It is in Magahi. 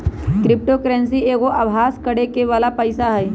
क्रिप्टो करेंसी एगो अभास करेके बला पइसा हइ